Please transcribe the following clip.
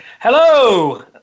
Hello